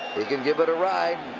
he can give it a ride.